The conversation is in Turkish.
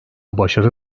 başarı